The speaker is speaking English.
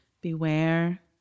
Beware